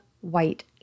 white